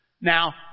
Now